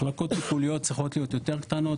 מחלקות טיפוליות צריכות להיות יותר קטנות,